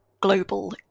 global